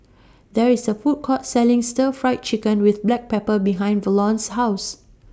There IS A Food Court Selling Stir Fried Chicken with Black Pepper behind Verlon's House